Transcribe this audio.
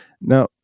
Now